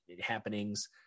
happenings